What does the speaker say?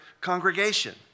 congregation